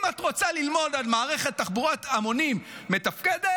אם את רוצה ללמוד על מערכת תחבורת המונים מתפקדת,